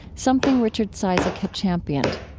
something richard cizik had championed.